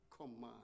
command